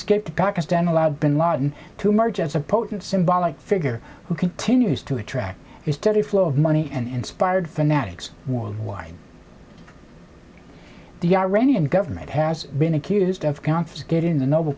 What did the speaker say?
to pakistan allowed bin laden to emerge as a potent symbolic figure who continues to attract is steady flow of money and inspired fanatics worldwide the iranian government has been accused of confiscating the nobel